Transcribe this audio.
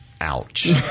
Ouch